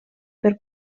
per